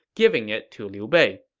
giving it to liu bei.